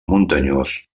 muntanyós